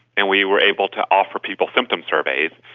and we were able to offer people symptom surveys.